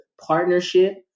partnership